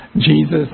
Jesus